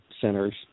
Center's